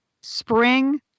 spring